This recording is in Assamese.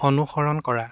অনুসৰণ কৰা